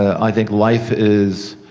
i think life is.